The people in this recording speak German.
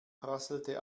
prasselte